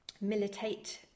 militate